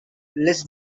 less